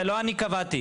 זה לא אני קבעתי.